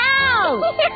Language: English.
out